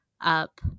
up